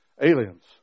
aliens